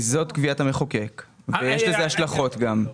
כי זאת קביעת המחוקק, יש לזה השלכות גם.